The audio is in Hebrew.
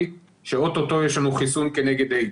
שאו-טו-טו יש לנו חיסון כנגד איידס.